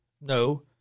No